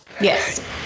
Yes